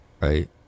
right